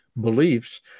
beliefs